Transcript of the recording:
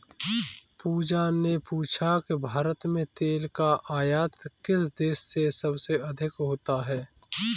पूजा ने पूछा कि भारत में तेल का आयात किस देश से सबसे अधिक होता है?